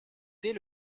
dès